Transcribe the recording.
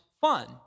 fun